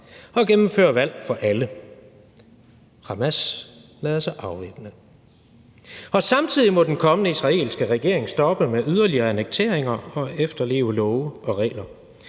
og gennemføre valg for alle, og at Hamas lader sig afvæbne. Samtidig må den kommende israelske regering stoppe med yderligere annekteringer og efterleve love og regler,